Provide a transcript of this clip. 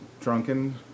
drunken